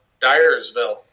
Dyersville